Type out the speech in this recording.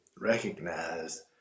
recognized